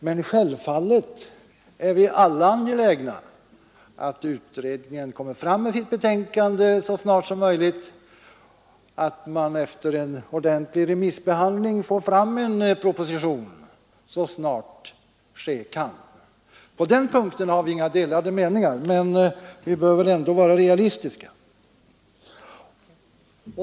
Men självfallet är vi alla angelägna att utredningen kommer med sitt betänkande så snart som möjligt och att man efter en ordentlig remissbehandling får fram en proposition så snart ske kan. På den punkten har vi alltså inga delade meningar. Men vi bör väl ändå vara realistiska.